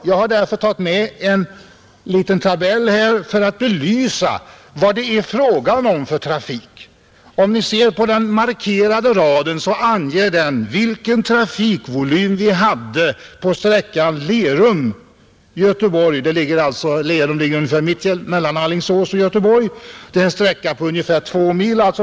Jag har därför tagit med en liten tabell för att belysa vad det är fråga om för trafik. Den markerade raden anger vilken trafikvolym vi hade på sträckan Lerum—Göteborg 1969. Lerum ligger ungefär mitt emellan Alingsås och Göteborg, det är en sträcka på ungefär 2 mil.